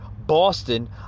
Boston